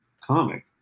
comic